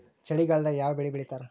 ಚಳಿಗಾಲದಾಗ್ ಯಾವ್ ಬೆಳಿ ಬೆಳಿತಾರ?